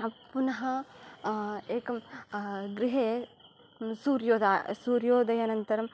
हा पुनः एकं गृहे सूर्योदय सूर्योदयनन्तरं